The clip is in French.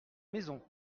maison